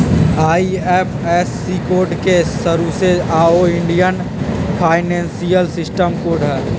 IFSC code के सऊसे नाओ इंडियन फाइनेंशियल सिस्टम कोड हई